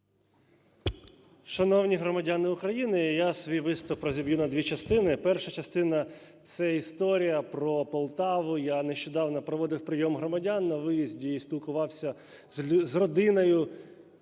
Шановні громадяни України, я свій виступ розіб'ю на дві частини. Перша частина – це історія про Полтаву. Я нещодавно проводив прийом громадян на виїзді і спілкувався з родиною